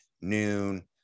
noon